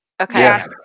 Okay